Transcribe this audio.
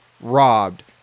robbed